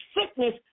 sickness